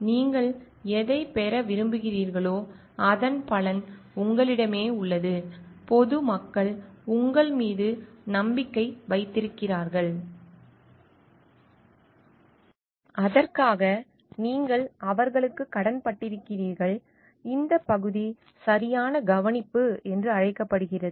நீங்கள் எதைப் பெற விரும்புகிறீர்களோ அதன் பலன் உங்களிடமே உள்ளது பொது மக்கள் உங்கள் மீது நம்பிக்கை வைத்திருக்கிறார்கள் அதற்காக நீங்கள் அவர்களுக்குக் கடன்பட்டிருக்கிறீர்கள் இந்த பகுதி சரியான கவனிப்பு என்று அழைக்கப்படுகிறது